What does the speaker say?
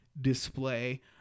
display